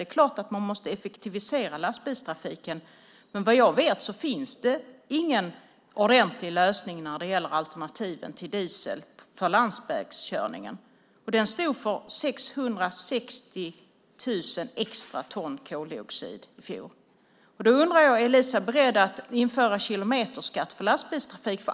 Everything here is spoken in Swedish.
Det är klart att man måste effektivisera lastbilstrafiken, men vad jag vet finns det ingen ordentlig lösning när det gäller alternativ till diesel för landsvägskörningen. Den stod för 660 000 extra ton koldioxid i fjol. Är Eliza beredd att införa kilometerskatt för lastbilstrafik?